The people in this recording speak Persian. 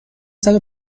صدو